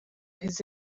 his